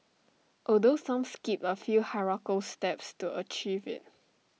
although some skipped A few hierarchical steps to achieve IT